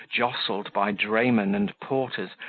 jostled by draymen and porters,